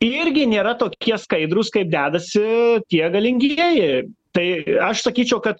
irgi nėra tokie skaidrūs kaip dedasi tie galingieji tai aš sakyčiau kad